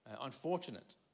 unfortunate